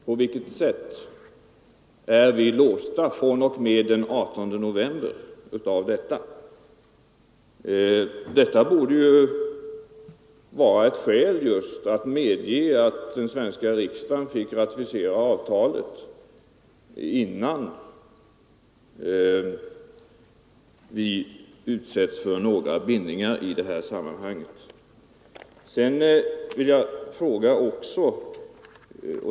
På vilket sätt är vi då låsta fr.o.m. den 18 november? Låsningen redan då borde vara ett skäl just för ett avgörande senare så att riksdagen åtminstone fick ratificera avtalet innan vi utsätts för några bindningar i det här sammanhanget.